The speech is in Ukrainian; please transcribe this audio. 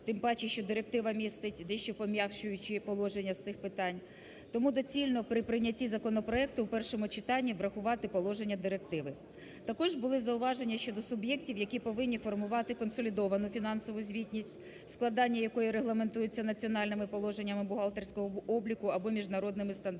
Тим паче, що директива містить дещо пом'якшуючі положення з цих питань. Тому доцільно при прийнятті законопроекту в першому читанні врахувати положення директиви. Також були зауваження щодо суб'єктів, які повинні формувати консолідовану фінансову звітність, складання якої регламентується національними положеннями бухгалтерського обліку або міжнародними стандартами